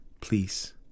Please